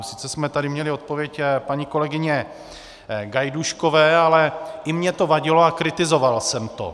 Sice jsme tady měli odpověď paní kolegyně Gajdůškové, ale i mně to vadilo a kritizoval jsem to.